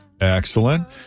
Excellent